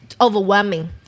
overwhelming